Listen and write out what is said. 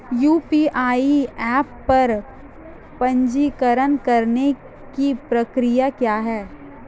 UPI app पर पंजीकरण करने की प्रक्रिया क्या है?